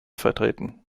vertreten